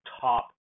top